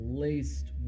laced